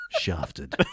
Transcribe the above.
Shafted